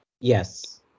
yes